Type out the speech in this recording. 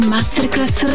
Masterclass